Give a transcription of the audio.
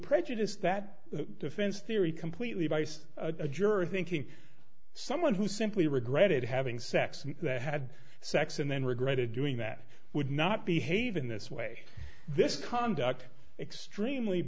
prejudice that defense theory completely biased a juror thinking someone who simply regretted having sex and had sex and then regretted doing that would not behave in this way this conduct extremely